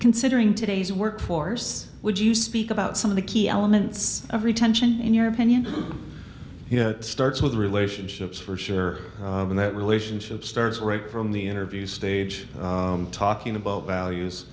considering today's workforce would you speak about some of the key elements every tension in your opinion starts with relationships for sure and that relationship starts right from the interview stage talking about values